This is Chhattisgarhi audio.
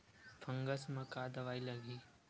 फंगस म का दवाई लगी?